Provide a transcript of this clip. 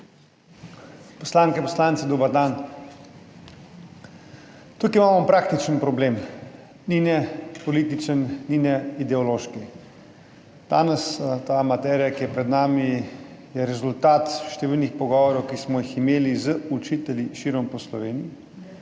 Poslanke in poslanci, dober dan! Tukaj imamo praktičen problem, ni ne političen ni ne ideološki. Danes je ta materija, ki je pred nami, rezultat številnih pogovorov, ki smo jih imeli z učitelji širom po Sloveniji,